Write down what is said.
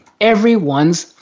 everyone's